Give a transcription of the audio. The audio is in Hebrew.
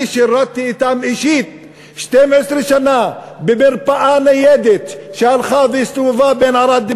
אני שירתתי אותם אישית 12 שנה במרפאה ניידת שהלכה והסתובבה בין ערד,